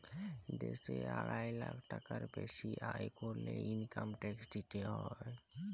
দ্যাশে আড়াই লাখ টাকার বেসি আয় ক্যরলে ইলকাম ট্যাক্স দিতে হ্যয়